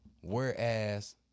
Whereas